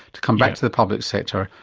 to come back to the public sector,